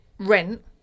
rent